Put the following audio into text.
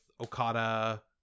Okada